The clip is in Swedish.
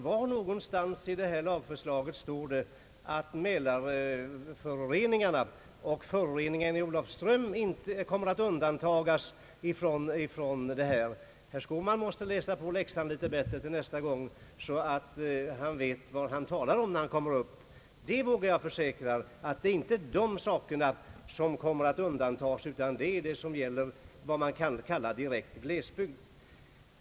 Var i detta lagförslag står att mälarföroreningarna och föroreningarna i Olofström kommer att undantas? Herr Skårman måste läsa på läxan lite bättre till nästa gång, så att han vet vad han talar om när han kommer upp i talarstolen. Jag vågar försäkra att sådana fall som han här påtalade inte kommer att undantas från lagens tillämpning, utan undantag kommer att ske endast i fråga om direkt glesbygd.